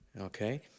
Okay